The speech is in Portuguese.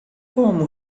como